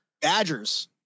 Badgers